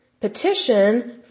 petition